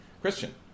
Christian